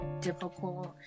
difficult